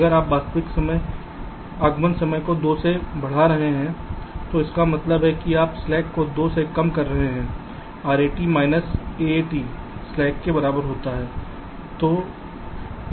अगर हम वास्तविक आगमन समय को 2 से बढ़ाते हैं तो इसका मतलब है कि आप स्लैक को 2 से कम कर रहे हैं RAT माइनस AAT स्लैक के बराबर होता है